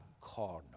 corner